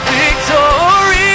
victory